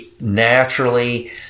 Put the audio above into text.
naturally